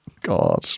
God